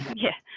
yeah,